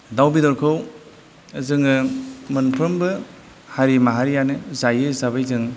दाउ बेदरखौ जोङो मोनफ्रोमबो हारि माहारियानो जायो हिसाबै जों